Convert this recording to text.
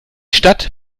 stadt